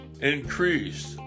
increased